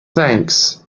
thanks